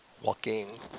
walking